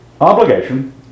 obligation